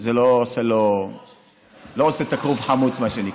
זה לא עושה את הכרוב חמוץ, מה שנקרא.